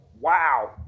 Wow